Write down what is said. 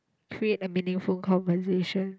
create a meaningful conversation